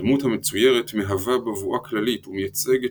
הדמות המצוירת מהווה בבואה כללית ומייצגת